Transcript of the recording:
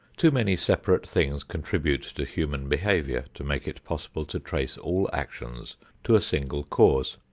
too many separate things contribute to human behavior, to make it possible to trace all actions to a single cause.